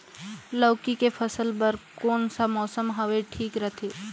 लौकी के फसल बार कोन सा मौसम हवे ठीक रथे?